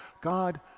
God